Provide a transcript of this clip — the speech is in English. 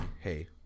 Hey